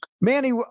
Manny